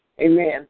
Amen